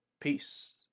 Peace